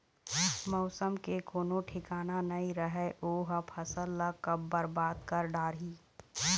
मउसम के कोनो ठिकाना नइ रहय ओ ह फसल ल कब बरबाद कर डारही